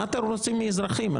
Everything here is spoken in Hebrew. מה אתם רוצים מאזרחים?